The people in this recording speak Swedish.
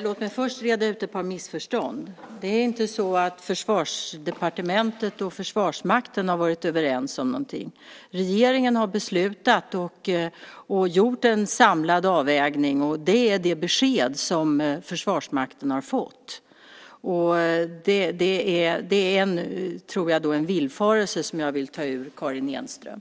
Låt mig först reda ut ett par missförstånd. Det är inte så att Försvarsdepartementet och Försvarsmakten har varit överens om någonting. Regeringen har beslutat och gjort en samlad avvägning. Det är det besked som Försvarsmakten har fått. Det är en villfarelse som jag vill ta ur Karin Enström.